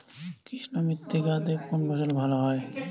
কৃষ্ণ মৃত্তিকা তে কোন ফসল ভালো হয়?